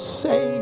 say